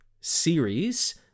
series